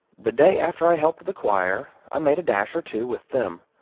the day after i helped the choir i made a dash or two with them,